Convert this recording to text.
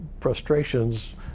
frustrations